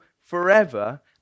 forever